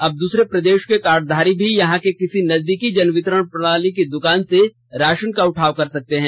अब दूसरे प्रदेशों के कार्डधारी भी यहां के किसी नजदीकी जन वितरण प्रणाली की दुकान से राशन का उठाव कर सकते हैं